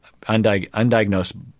undiagnosed